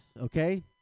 Okay